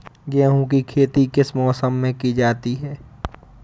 गेहूँ की खेती किस मौसम में की जाती है?